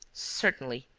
certainly!